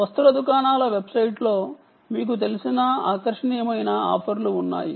వస్త్ర దుకాణాల వెబ్సైట్లో మీకు తెలిసిన ఆకర్షణీయమైన ఆఫర్లు ఉన్నాయి